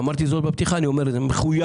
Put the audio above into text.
אמרתי זאת בפתיחת דבריי ואני אומר זאת שוב עכשיו.